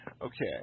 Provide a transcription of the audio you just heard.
Okay